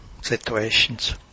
situations